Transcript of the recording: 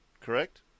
correct